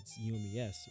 UMES